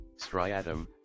Striatum